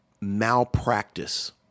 malpractice